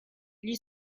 gli